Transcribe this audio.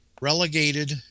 relegated